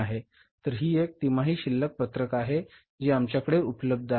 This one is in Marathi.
तर ही एक तिमाही शिल्लक पत्रक आहे जी आमच्याकडे उपलब्ध आहे